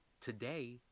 today